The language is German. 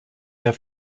der